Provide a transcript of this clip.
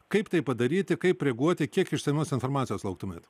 kaip tai padaryti kaip reaguoti kiek išsamios informacijos lauktumėt